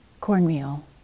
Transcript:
cornmeal